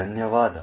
ಧನ್ಯವಾದ